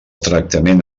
tractament